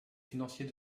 financier